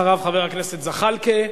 אחריו, חבר הכנסת זחאלקה.